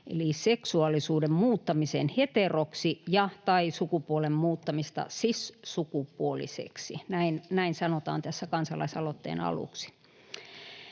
eli seksuaalisuuden muuttamiseen heteroksi ja/tai sukupuolen muuttamiseen cis-sukupuoliseksi. Näin sanotaan tässä kansalaisaloitteen aluksi.